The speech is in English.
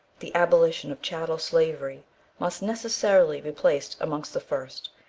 the abolition of chattel slavery must necessarily be placed amongst the first,